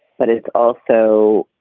but it's also